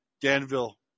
Danville